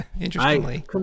interestingly